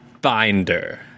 Binder